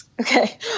Okay